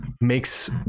makes